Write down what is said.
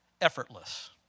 Effortless